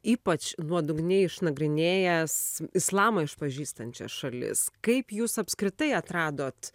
ypač nuodugniai išnagrinėjęs islamą išpažįstančias šalis kaip jūs apskritai atradot